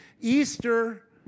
easter